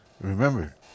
Remember